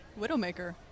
Widowmaker